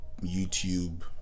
YouTube